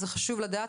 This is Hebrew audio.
זה חשוב לדעת,